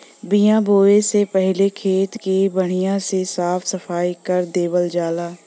बिया बोये से पहिले खेत के बढ़िया से साफ सफाई कर देवल जाला